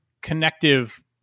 connective